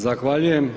Zahvaljujem.